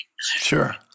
Sure